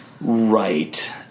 Right